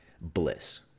bliss